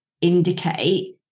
indicate